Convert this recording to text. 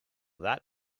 that